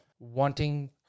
wanting